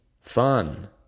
fun